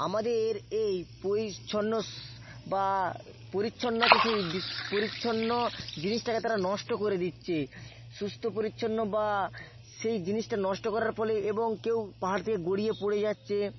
আমাদের সেই পরিচ্ছন্ন বা পরিচ্ছন্ন আছে সেই বিষ পরিচ্ছন্ন জিনিসটাকে তারা নষ্ট করে দিচ্ছে সুস্থ পরিচ্ছন্ন বা সেই জিনিসটা নষ্ট করার ফলে এবং কেউ পাহাড় থেকে গড়িয়ে পড়ে যাচ্ছে